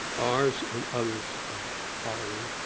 ours and others are hollering.